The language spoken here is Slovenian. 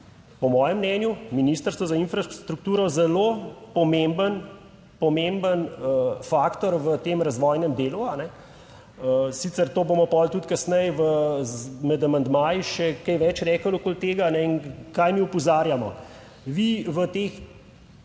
po mojem mnenju je Ministrstvo za infrastrukturo zelo pomemben faktor v tem razvojnem delu; sicer bomo potem tudi kasneje med amandmaji še kaj več rekli okoli tega. In kaj mi opozarjamo? Vi v tem